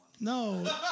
No